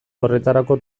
horretarako